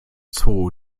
zwo